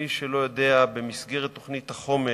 מי שלא יודע, במסגרת תוכנית החומש,